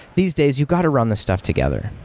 these days you got to run the stuff together.